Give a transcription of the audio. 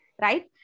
right